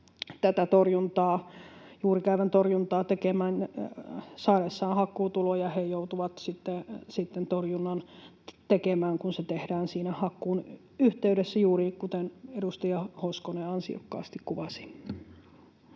juurikäävän torjuntaa, tekemään, saadessaan hakkuutuloja joutuvat sitten torjunnan tekemään, kun se tehdään siinä hakkuun yhteydessä, juuri kuten edustaja Hoskonen ansiokkaasti kuvasi.